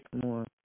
more